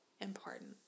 important